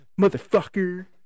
Motherfucker